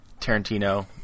Tarantino